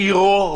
לעירו.